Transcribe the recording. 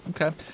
Okay